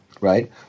Right